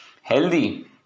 healthy